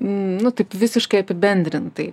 nu taip visiškai apibendrintai